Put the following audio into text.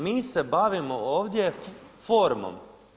Mi se bavimo ovdje formom.